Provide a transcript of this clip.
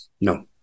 No